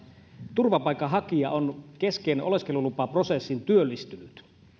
turvapaikanhakija on kesken oleskelulupaprosessin työllistynyt